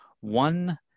one